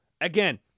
Again